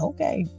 Okay